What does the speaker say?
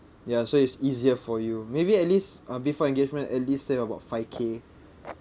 ya so it's easier for you maybe at least uh before engagement at least save about five K